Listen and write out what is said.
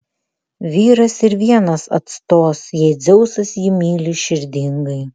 vyras ir vienas atstos jei dzeusas jį myli širdingai